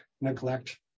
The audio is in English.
neglect